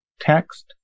text